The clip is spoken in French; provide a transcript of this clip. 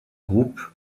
groupe